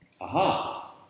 aha